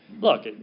look